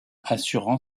assurant